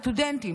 סטודנטים,